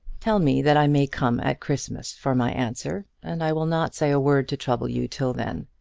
tell me that i may come at christmas for my answer, and i will not say a word to trouble you till then.